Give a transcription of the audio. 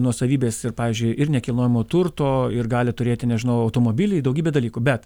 nuosavybės ir pavyzdžiui ir nekilnojamo turto ir gali turėti nežinau automobilį daugybė dalykų bet